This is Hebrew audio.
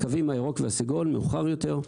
הקווים הירוק והסגול מאוחר יותר.